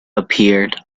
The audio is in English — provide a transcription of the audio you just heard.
appeared